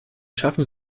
schaffen